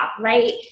right